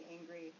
angry